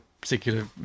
particular